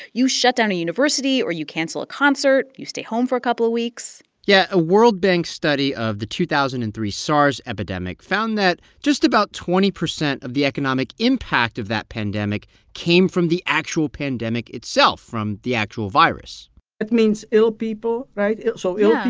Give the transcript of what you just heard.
you shut down a university, or you cancel a concert. you stay home for a couple of weeks yeah. a world bank study of the two thousand and three sars epidemic found that just about twenty percent of the economic impact of that pandemic came from the actual pandemic itself, from the actual virus that means ill people, right? so ill people. yeah,